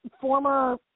former